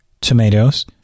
tomatoes